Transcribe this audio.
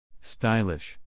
Stylish